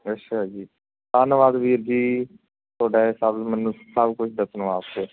ਅੱਛਾ ਜੀ ਧੰਨਵਾਦ ਵੀਰ ਜੀ ਤੁਹਾਡਾ ਇਹ ਸਭ ਮੈਨੂੰ ਸਭ ਕੁਝ ਦੱਸਣ ਵਾਸਤੇ